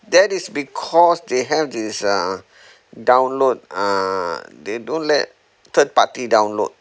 that is because they have this uh download uh they don't let third party download